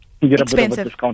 Expensive